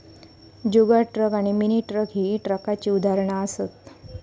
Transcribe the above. जुगाड truck आणि mini truck ही ट्रकाची उदाहरणा असत